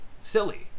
silly